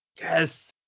yes